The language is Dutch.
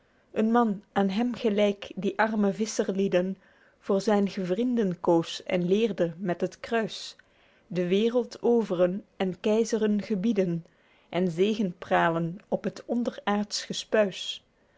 een man aen hem gelyk die arme visscherlieden voor zyn gevrienden koos en leerde met het kruis de wereld overen en keizeren gebieden en zegepralen op het onderaerdsch